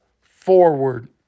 forward